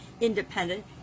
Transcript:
independent